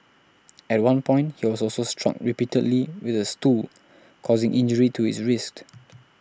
at one point he was also struck repeatedly with a stool causing injury to his wrist